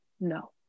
No